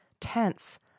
tense